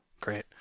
Great